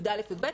י"א-י"ב.